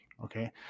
Okay